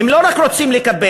הם לא רק רוצים לקבל.